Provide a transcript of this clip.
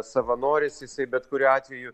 savanoris jisai bet kuriuo atveju